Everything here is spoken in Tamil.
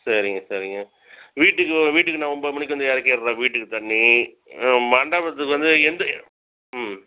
சரிங்க சரிங்க வீட்டுக்கு வீட்டுக்கு நான் ஒம்பது மணிக்கு வந்து இறக்கிடுறேன் வீட்டுக்கு தண்ணி மண்டபத்துக்கு வந்து எந்த